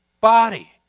body